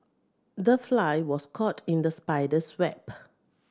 the fly was caught in the spider's web